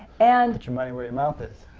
and your money where your mouth is.